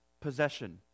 possession